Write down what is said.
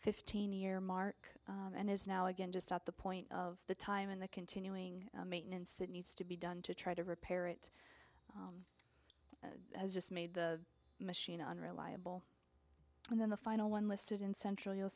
fifteen year mark and is now again just at the point of the time in the continuing maintenance that needs to be done to try to repair it just made the machine unreliable and then the final one listed in central you'll